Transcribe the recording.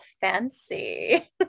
fancy